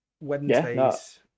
Wednesdays